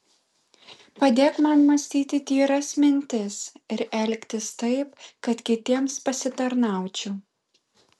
padėk man mąstyti tyras mintis ir elgtis taip kad kitiems pasitarnaučiau